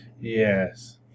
Yes